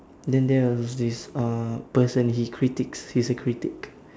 then there was this uh person he critiques he's a critic